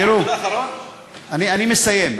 אני מסיים.